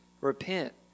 Repent